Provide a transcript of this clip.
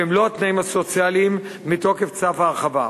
במלוא התנאים הסוציאליים מתוקף צו ההרחבה.